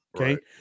Okay